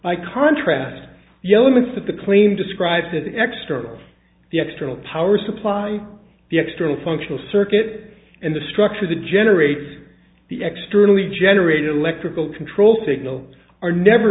by contrast the elements that the claim describes that extra of the external power supply the external functional circuit in the structure that generates the extra early generated electrical control signals are never